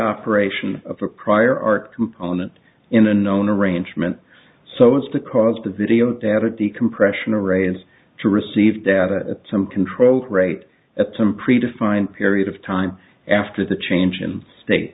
operation of a prior art component in a known arrangement so as to cause the video data decompression arrays to receive data at some controlled rate at some predefined period of time after the change in state